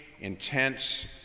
intense